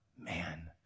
man